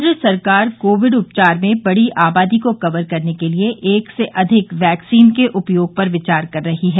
केन्द्र सरकार कोविड उपचार में बड़ी आबादी को कवर करने के लिए एक से अधिक वैक्सीन के उपयोग पर विचार कर रही है